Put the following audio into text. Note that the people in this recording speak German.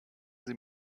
sie